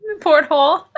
Porthole